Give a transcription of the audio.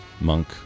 monk